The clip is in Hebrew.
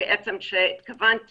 שרציתי